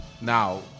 Now